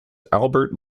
albert